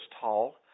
tall